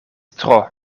tro